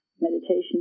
meditation